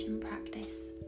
practice